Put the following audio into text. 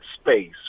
space